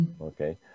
Okay